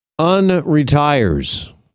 unretires